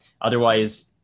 otherwise